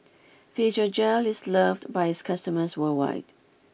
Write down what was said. Physiogel is loved by its customers worldwide